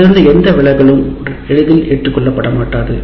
இதிலிருந்து எந்த விலகலும் எளிதில் ஏற்றுக்கொள்ளப்படாது